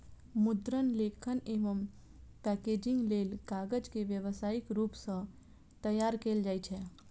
मुद्रण, लेखन एवं पैकेजिंग लेल कागज के व्यावसायिक रूप सं तैयार कैल जाइ छै